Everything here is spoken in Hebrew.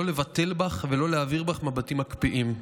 לא לבטל בך ולא להעביר בך מבטים מקפיאים.